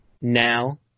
Now